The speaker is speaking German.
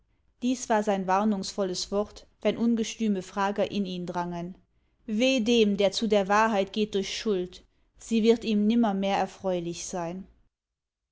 dies war sein warnungsvolles wort wenn ungestüme frager in ihn drangen weh dem der zu der wahrheit geht durch schuld sie wird ihm nimmermehr erfreulich sein